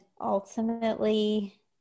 ultimately